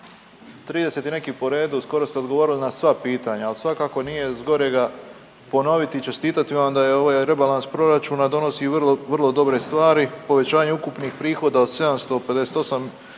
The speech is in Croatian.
30 i neki po redu skoro ste odgovorili na sva pitanja, ali svakako nije zgorega ponoviti i čestiti vam da je ovaj rebalans proračuna donosi i vrlo dobre stvari, povećanje ukupnih prihoda od 758